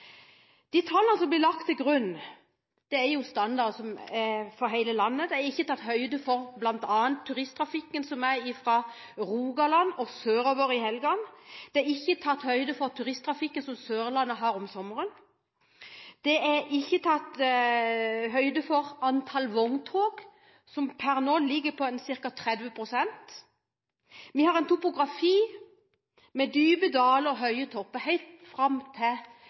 De tallene som blir lagt til grunn, er standarder for hele landet. Det er bl.a. ikke tatt høyde for turisttrafikken fra Rogaland og sørover i helgene. Det er ikke tatt høyde for turisttrafikken som Sørlandet har om sommeren. Det er ikke tatt høyde for antall vogntog som per nå ligger på ca. 30 pst. Vi har en topografi med dype daler og høye topper helt fram til